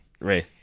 Ray